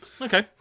Okay